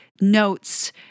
notes